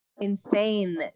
insane